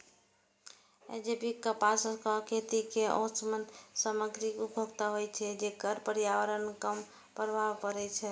जैविक कपासक खेती मे ओहन सामग्रीक उपयोग होइ छै, जेकर पर्यावरण पर कम प्रभाव पड़ै छै